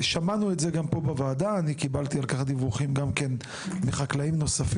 שמענו את זה גם פה בוועדה וגם אני קיבלתי על כך דיווחים מחקלאים נוספים,